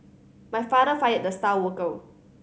my father fired the star worker